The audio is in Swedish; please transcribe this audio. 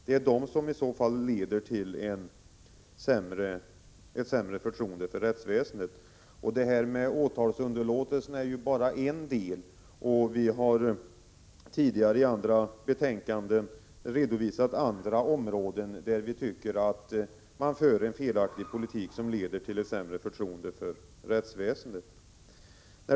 Det är i så fall dessa som leder till ett sämre förtroende för rättsväsendet. Åtalsunderlåtelse är bara en del. Vi har tidigare i andra sammanhang redovisat områden där vi tycker att man för en felaktig politik som leder till ett sämre förtroende för rättsväsendet.